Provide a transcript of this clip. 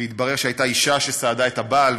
והתברר שהייתה אישה שסעדה את הבעל,